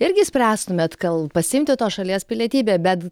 irgi spręstumėt gal pasiimti tos šalies pilietybę bet